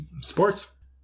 Sports